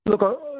Look